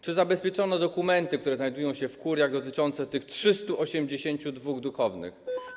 Czy zabezpieczono dokumenty, które znajdują się w kuriach, dotyczące tych 382 duchownych?